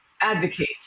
advocate